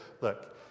look